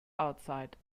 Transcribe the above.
outside